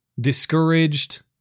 discouraged